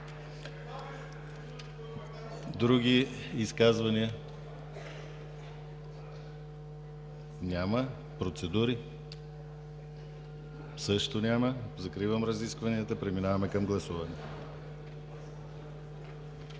Други изказвания? Няма. Процедури? Също няма. Закривам разискванията. Преминаваме към гласуване.